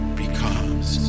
becomes